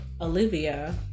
Olivia